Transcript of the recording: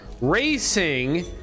racing